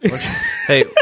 Hey